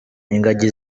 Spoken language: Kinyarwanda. ingagi